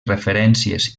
referències